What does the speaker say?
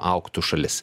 augtų šalis